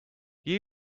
you